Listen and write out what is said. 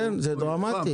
כן, זה דרמטי.